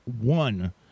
one